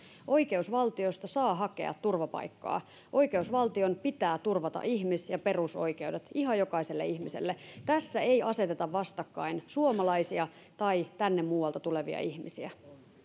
oikeusvaltiosta saa hakea turvapaikkaa oikeusvaltion pitää turvata ihmis ja perusoikeudet ihan jokaiselle ihmiselle tässä ei aseteta vastakkain suomalaisia tai tänne muualta tulevia ihmisiä